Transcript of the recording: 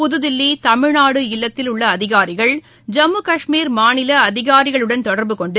புத்தில்லி தமிழ்நாடு இல்லத்தில் உள்ள அதிகாரிகள் ஜம்மு கஷ்மீர் மாநில அதிகாரிகளுடன் தொடர்புகொண்டு